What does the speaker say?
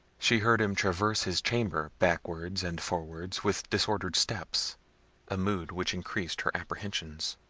she heard him traverse his chamber backwards, and forwards with disordered steps a mood which increased her apprehensions.